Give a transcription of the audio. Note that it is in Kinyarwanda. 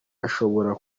ushobora